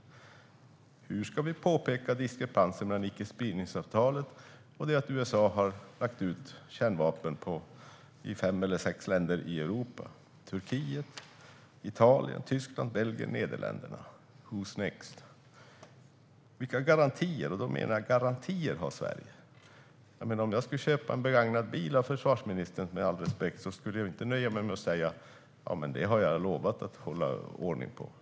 Hur ska vi påpeka diskrepansen mellan icke-spridningsavtalet och det faktum att USA har placerat kärnvapen i fem europeiska länder, nämligen Turkiet, Italien, Tyskland, Belgien och Nederländerna. Who's next? Vilka garantier har Sverige - och då menar jag garantier ? Om jag skulle köpa en begagnad bil av försvarsministern skulle jag ju - med all respekt - inte nöja mig med muntliga löften.